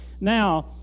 Now